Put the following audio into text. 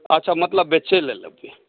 अच्छा मतलब बेचै लऽ लेबै